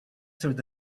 through